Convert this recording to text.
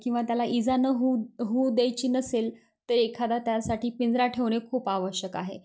किंवा त्याला इजा नं होऊ होऊ द्यायची नसेल तर एखादा त्यासाठी पिंजरा ठेवणे खूप आवश्यक आहे